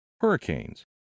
hurricanes